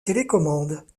télécommande